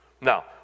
Now